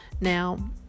Now